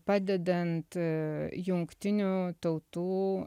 padedant jungtinių tautų